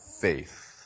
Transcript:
faith